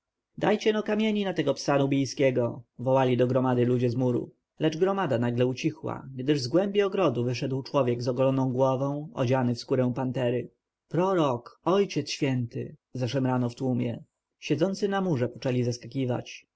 wejść dajcie-no kamieni na tego psa nubijskiego wołali do gromady ludzie z muru lecz gromada nagle ucichła gdyż z głębi ogrodu wyszedł człowiek z ogoloną głową odziany w skórę pantery prorok ojciec święty zaszemrano w tłumie siedzący na murze poczęli zeskakiwać